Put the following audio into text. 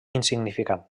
insignificant